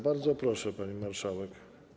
Bardzo proszę, pani marszałek.